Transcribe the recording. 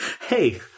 Hey